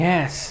Yes